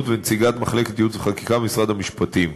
ונציגת מחלקת ייעוץ וחקיקה במשרד המשפטים.